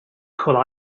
could